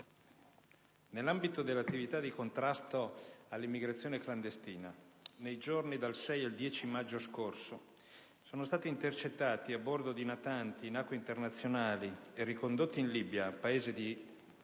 nell'ambito dell'attività di contrasto all'immigrazione clandestina, nei giorni dal 6 al 10 maggio scorso sono stati intercettati a bordo di natanti in acque internazionali e ricondotti in Libia, Paese di